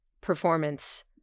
performance